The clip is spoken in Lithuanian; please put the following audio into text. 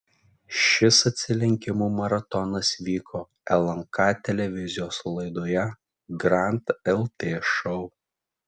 šis atsilenkimų maratonas vyko lnk televizijos laidoje grand lt šou